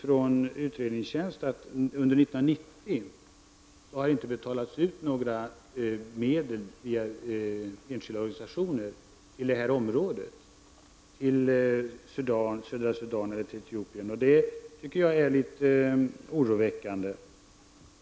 från utredningstjänsten om att det under 1990 via enskilda organisationer inte har betalats ut några medel till detta område, dvs. till södra Sudan och Etiopien. Jag tycker att detta är litet oroväckande.